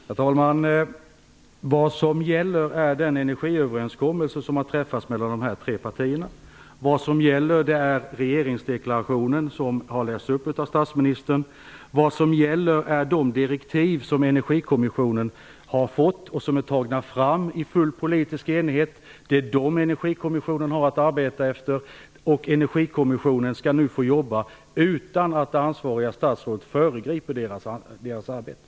Herr talman! Vad som gäller är den energiöverenskommelse som har träffats mellan de tre partierna och regeringsdeklarationen som har lästs upp av statsministern samt de direktiv som Energikommissionen har fått, vilka är framtagna i full politisk enighet. Det är dessa direktiv som Energikommissionen har att arbeta efter. Energikommissionen skall nu få jobba utan att det ansvariga statsrådet föregriper deras arbete.